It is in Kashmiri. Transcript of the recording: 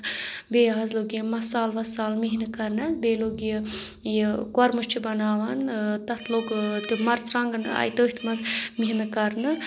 بیٚیہِ حظ لوٚگ یہِ مسالہٕ وَسال محنت کَرنَس بیٚیہِ لوٚگ یہِ کۄرمہٕ چھُ بَناوان تَتھ لوٚگ تِم مَرژٕرٛانٛگَن آے تٔتھۍ منٛز محنت کَرنہٕ